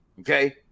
Okay